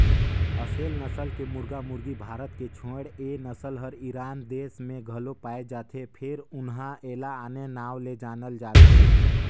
असेल नसल के मुरगा मुरगी भारत के छोड़े ए नसल हर ईरान देस में घलो पाये जाथे फेर उन्हा एला आने नांव ले जानल जाथे